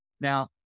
Now